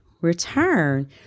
return